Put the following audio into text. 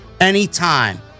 anytime